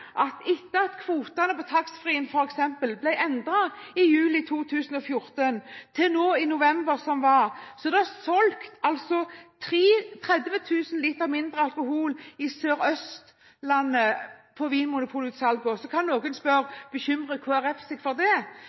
at fra taxfreekvotene ble endret i juli 2014 og fram til november som var, var det solgt 30 000 liter mindre alkohol i vinmonopolutsalgene på Sørøstlandet. Da kan noen spørre: Bekymrer Kristelig Folkeparti seg for det?